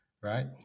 right